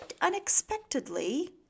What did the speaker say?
unexpectedly